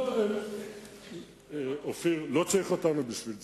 לא צריך אותנו בשביל זה.